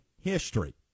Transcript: history